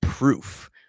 Proof